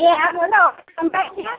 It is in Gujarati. એ હા બોલો સંભળાય છે